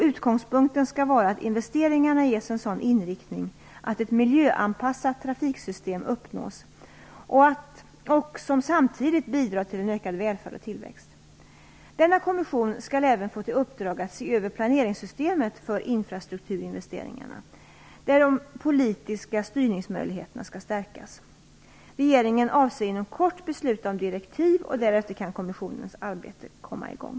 Utgångspunkten skall vara att investeringarna ges en sådan inriktning att ett miljöanpassat trafiksystem som samtidigt bidrar till en ökad välfärd och tillväxt uppnås. Denna kommission skall även få till uppdrag att se över planeringssystemet för infrastrukturinvesteringarna, där de politiska styrningsmöjligheterna skall stärkas. Regeringen avser inom kort besluta om direktiv, och därefter kan kommissionens arbete komma i gång.